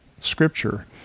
Scripture